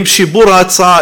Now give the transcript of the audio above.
עם שיפור ההצעה,